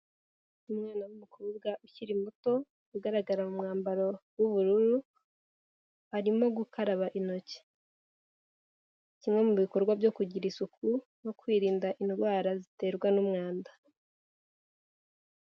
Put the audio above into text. Umwana w'umukobwa ukiri muto ugaragara mu mwambaro w'ubururu arimo gukaraba intoki. Kimwe mu bikorwa byo kugira isuku no kwirinda indwara ziterwa n'umwanda.